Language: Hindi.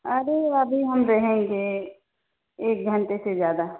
आ जाइए अभी हम रहेंगे एक घंटे से ज्यादा